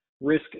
risk